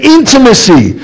intimacy